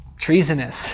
Treasonous